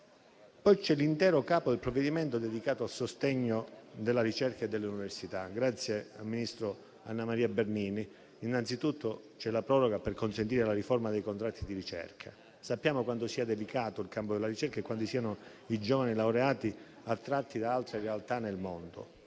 Poi c'è l'intero capo del provvedimento dedicato al sostegno della ricerca e delle università. Grazie al ministro Annamaria Bernini, c'è innanzitutto la proroga per consentire la riforma dei contratti di ricerca. Sappiamo quanto sia delicato il campo della ricerca e quanto i giovani laureati siano attratti da altre realtà nel mondo.